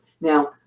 Now